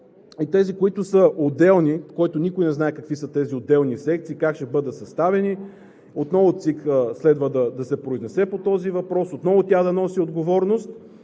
тези, които са отделни, но никой не знае какви са тези отделни секции, как ще бъдат съставени – отново ЦИК следва да се произнесе по този въпрос, отново тя да носи отговорност.